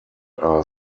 are